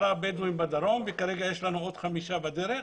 בדואים בדרום וכיום יש לנו עוד חמישה בדרך.